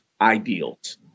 ideals